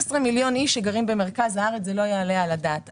11 מיליון איש שגרים במרכז הארץ זה לא יעלה על הדעת.